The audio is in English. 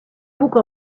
book